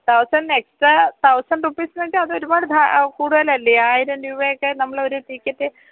thousand extra thousand റുപീസ്ന്ന്ച്ചാല് അത് ഒരുപാട് ധാ കൂടുതലല്ലേ ആയിരം രൂപയൊക്കെ നമ്മളൊരു ടിക്കറ്റ്